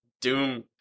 Doom